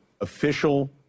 official